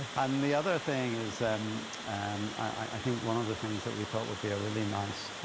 and the other thing is um and i think one of the things that we thought would be a really nice